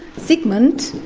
sigmund,